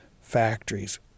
factories